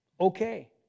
Okay